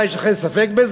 מה, יש לכם ספק בזה?